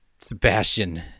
Sebastian